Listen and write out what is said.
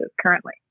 currently